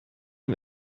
ihm